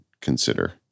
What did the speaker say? consider